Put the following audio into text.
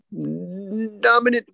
dominant